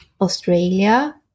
Australia